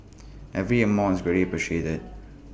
every amount is very appreciated